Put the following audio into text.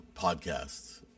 podcasts